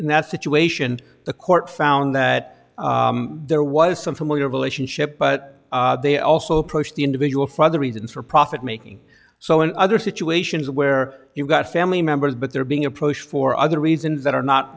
in that situation the court found that there was some familiar relationship but they also approached the individual for other reasons for profit making so in other situations where you've got family members but they're being approached for other reasons that are not